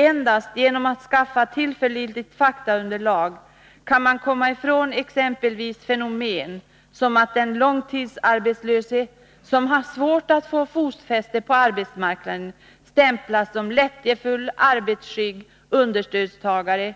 Endast genom att skaffa tillförlitligt faktaunderlag kan man komma ifrån exempelvis fenomen som att den långtidsarbetslöse, som har svårt att få fotfäste på arbetsmarknaden, stämplas som lättjefull, arbetsskygg eller understödstagare